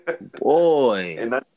Boy